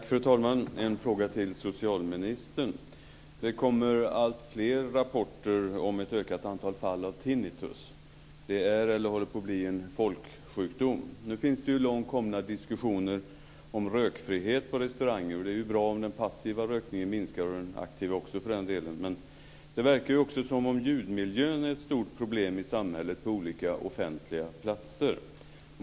Fru talman! Jag har en fråga till socialministern. Det kommer alltfler rapporter om ett ökat antal fall av tinnitus. Det är, eller håller på att bli, en folksjukdom. Nu finns det långt gångna diskussioner om rökfrihet på restauranger, och det är ju bra om den passiva rökningen minskar - den aktiva också för den delen. Men det verkar som om också ljudmiljön är ett stort problem i samhället på olika offentliga platser.